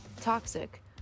toxic